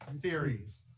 theories